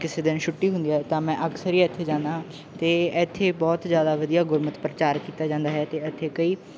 ਕਿਸੇ ਦਿਨ ਛੁੱਟੀ ਹੁੰਦੀ ਹੈ ਤਾਂ ਮੈਂ ਅਕਸਰ ਹੀ ਇੱਥੇ ਜਾਂਦਾ ਹਾਂ ਅਤੇ ਇੱਥੇ ਬਹੁਤ ਜ਼ਿਆਦਾ ਵਧੀਆ ਗੁਰਮਤਿ ਪ੍ਰਚਾਰ ਕੀਤਾ ਜਾਂਦਾ ਹੈ ਅਤੇ ਇੱਥੇ ਕਈ